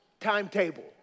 timetable